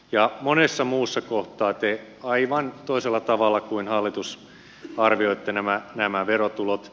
ja monessa muussa kohtaa te aivan toisella tavalla kuin hallitus arvioitte nämä verotulot